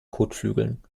kotflügeln